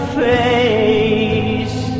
face